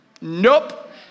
Nope